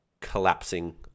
collapsing